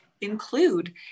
include